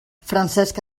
francesc